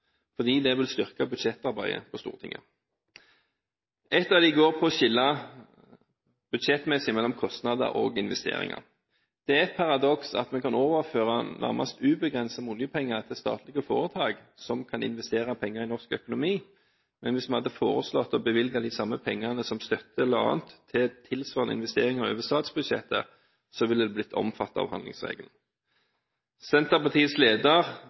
fordi det vil styrke budsjettarbeidet på Stortinget. Et av dem går på å skille budsjettmessig mellom kostnader og investeringer. Det er et paradoks at vi kan overføre nærmest ubegrenset med oljepenger til statlige foretak som kan investere penger i norsk økonomi, men hvis vi hadde foreslått å bevilge de samme pengene som støtte eller annet til tilsvarende investeringer over statsbudsjettet, ville det blitt omfattet av handlingsregelen. Senterpartiets leder